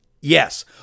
Yes